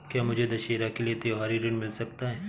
क्या मुझे दशहरा के लिए त्योहारी ऋण मिल सकता है?